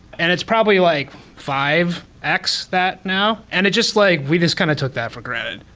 and it's probably like five x that now and it just like we just kind of took that for granted,